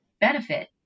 benefit